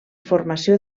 formació